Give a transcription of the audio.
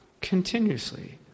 continuously